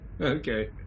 Okay